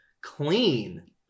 clean